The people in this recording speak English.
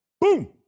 boom